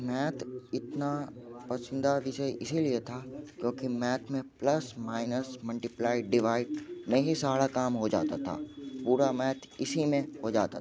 math इतना पसंदीदा विषय इसीलिए था क्योंकि मैथ में प्लस माइनस मंटीप्लाई डिवाइड में ही सारा काम हो जाता था पूरा मैथ इसी में हो जाता था